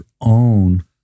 own